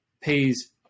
pays